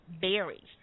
berries